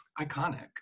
iconic